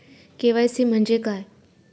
KYC म्हणजे काय?